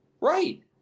Right